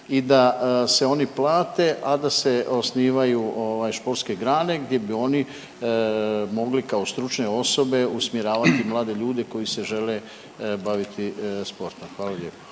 i da se oni plate, a da se osnivaju sportske grane gdje bi oni mogli kao stručne osobe usmjeravati mlade ljude koji se žele baviti sportom? Hvala lijepo.